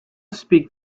speak